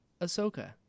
Ahsoka